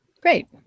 Great